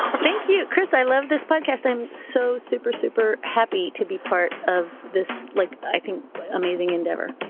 thank you. chris, i love this podcast. i'm so super, super happy to be part of this like i think amazing endeavor.